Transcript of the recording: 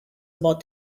about